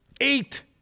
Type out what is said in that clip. eight